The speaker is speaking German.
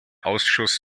ausschuss